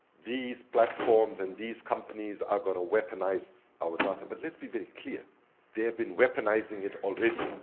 these platforms and these companies are gonna weaponize our data, but let's be very clear they have been weaponizing it already.